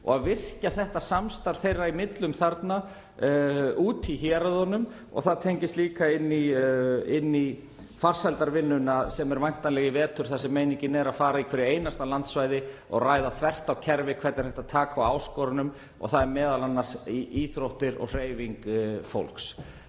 því að virkja þetta samstarf þeirra í millum þarna úti í héruðunum. Það tengist líka inn í farsældarvinnuna sem er væntanleg í vetur þar sem meiningin er að fara yfir hvert einasta landsvæði og ræða þvert á kerfi hvernig hægt er að taka á áskorunum, og þar er m.a. átt við íþróttir og hreyfingu fólks.